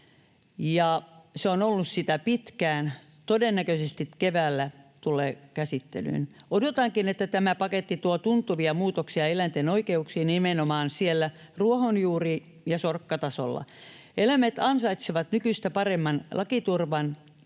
se on ollut sitä pitkään — todennäköisesti keväällä tulee käsittelyyn. Odotankin, että tämä paketti tuo tuntuvia muutoksia eläinten oikeuksiin nimenomaan siellä ruohonjuuri‑ ja sorkkatasolla. Eläimet ansaitsevat nykyistä paremman lakiturvan.